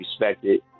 respected